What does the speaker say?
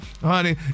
honey